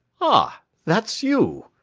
ah! that's you,